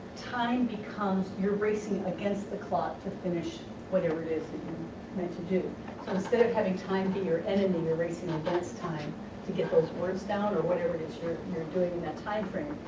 time becomes you're racing against the clock to finish whatever it is meant to do and instead of having time be your enemy you're racing against time to get those words down or whatever it is you're you're doing in that time frame,